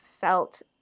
felt